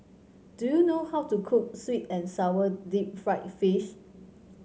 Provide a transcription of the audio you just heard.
do you know how to cook sweet and sour Deep Fried Fish